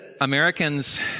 Americans